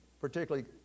particularly